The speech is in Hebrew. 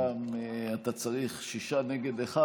הפעם אתה צריך שישה נגד אחד.